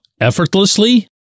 effortlessly